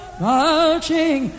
marching